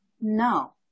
No